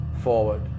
forward